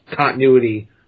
continuity